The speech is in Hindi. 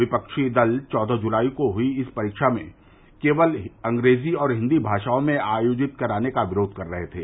विपक्षी दल चौदह जुलाई को हुई इस परीक्षा को केवल अंग्रेजी और हिन्दी भाषाओं में आयोजित कराने का विरोध कर रहे थे